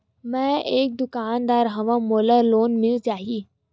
मै एक दुकानदार हवय मोला लोन मिल जाही?